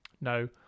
no